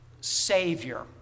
Savior